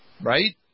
right